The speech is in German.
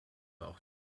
auch